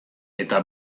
eta